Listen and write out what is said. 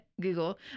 Google